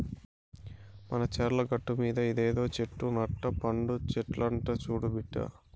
మన చర్ల గట్టుమీద ఇదేదో చెట్టు నట్ట పండు చెట్లంట చూడు బిడ్డా